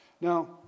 Now